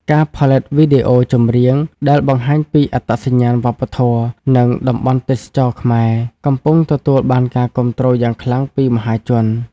ការផលិតវីដេអូចម្រៀងដែលបង្ហាញពីអត្តសញ្ញាណវប្បធម៌ និងតំបន់ទេសចរណ៍ខ្មែរ កំពុងទទួលបានការគាំទ្រយ៉ាងខ្លាំងពីមហាជន។